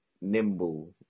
nimble